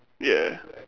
ya